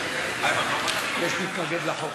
יש מתנגד לחוק